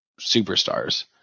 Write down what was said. superstars